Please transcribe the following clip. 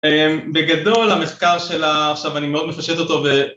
בגדול המחקר שלה, עכשיו אני מאוד מפשט אותו